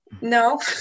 No